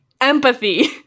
empathy